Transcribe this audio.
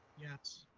yes.